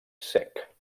sec